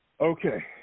Okay